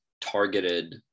targeted